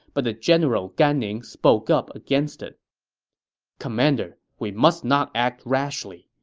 but the general gan ning spoke up against it commander, we must not act rashly.